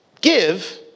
give